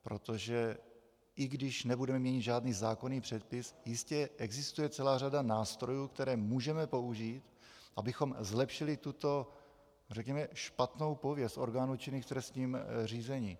Protože i když nebudeme měnit žádný zákonný předpis, jistě existuje celá řada nástrojů, které můžeme použít, abychom zlepšili tuto, řekněme, špatnou pověst orgánů činných v trestním řízení.